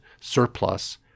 surplus